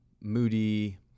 Moody